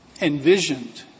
envisioned